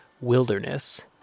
wilderness